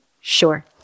sure